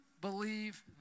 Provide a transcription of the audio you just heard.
believe